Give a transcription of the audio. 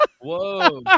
Whoa